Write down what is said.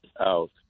out